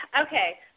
okay